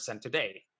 today